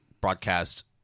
broadcast